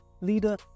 leader